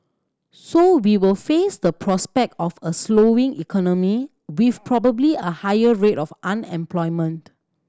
so we will face the prospect of a slowing economy with probably a higher rate of unemployment